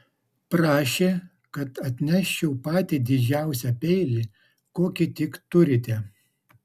prašė kad atneščiau patį didžiausią peilį kokį tik turite